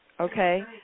okay